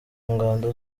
ngando